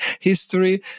history